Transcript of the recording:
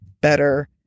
better